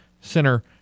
center